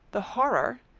the horror,